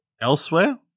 elsewhere